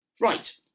Right